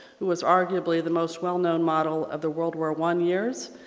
who was arguably the most well known model of the world war one years.